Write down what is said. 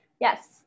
Yes